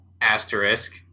asterisk